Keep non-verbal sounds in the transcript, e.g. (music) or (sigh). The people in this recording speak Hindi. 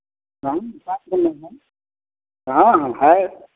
(unintelligible) हाँ हाँ है